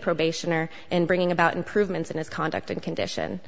probationer in bringing about improvements in his conduct and condition